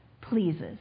pleases